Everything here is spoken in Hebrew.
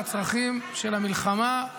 לצרכים של המלחמה,